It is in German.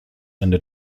ende